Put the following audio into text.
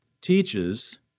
teaches